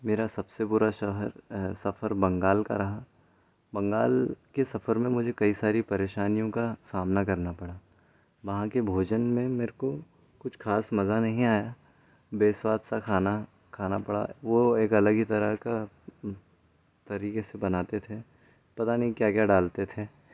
मेरा सबसे बुरा शहर सफर बंगाल का रहा बंगाल के सफर में मुझे कई सारी परेशानियों का सामना करना पड़ा वहाँ के भजन में मेरे को कुछ खास मजा नहीं आया बे स्वाद सा खाना खाना पड़ा वो एक अलग ही तरह का तरीके से बनाते थे पता नहीं क्या क्या डालते थे